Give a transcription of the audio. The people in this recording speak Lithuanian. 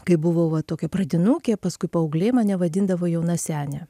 kai buvau va tokia pradinukė paskui paauglė mane vadindavo jauna sene